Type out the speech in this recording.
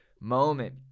moment